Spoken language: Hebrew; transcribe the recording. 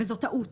וזו טעות.